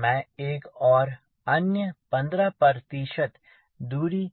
मैं एक और अन्य 15 दूरी